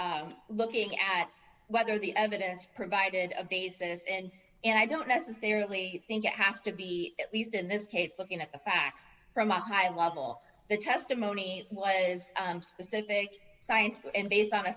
is looking at whether the evidence provided a basis and and i don't necessarily think it has to be at least in this case looking at the facts from a high level the testimony was specific science and based on a